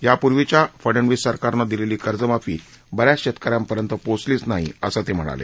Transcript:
यापूर्वींच्या फडनवीस सरकारनं दिलेली कर्जमाफी बऱ्याच शेतक यांपर्यंत पोहोचलीच नाही असं ते म्हणाले